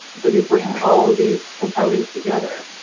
so you bring all of these components together.